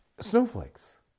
Snowflakes